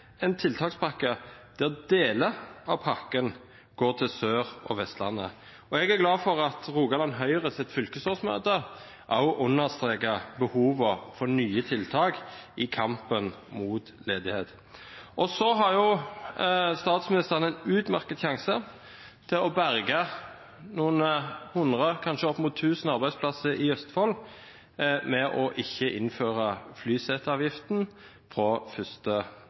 en tiltakspakke der deler av pakken går til Sør- og Vestlandet. Jeg er glad for at Rogaland Høyres fylkesårsmøte også understreket behovet for nye tiltak i kampen mot ledigheten. Og så har jo statsministeren en utmerket sjanse til å berge noen hundre – kanskje opp mot tusen – arbeidsplasser i Østfold ved ikke å innføre flyseteavgiften fra